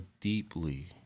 deeply